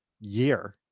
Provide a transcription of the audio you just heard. year